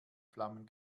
flammen